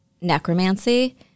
necromancy